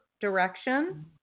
direction